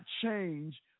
change